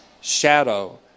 shadow